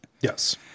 Yes